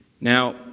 Now